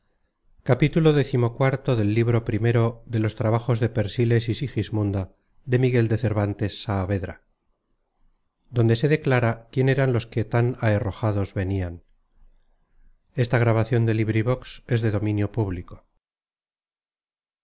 libro de donde se declara quién eran los que tan aherrojados venian